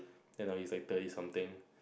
then now he's like thirty something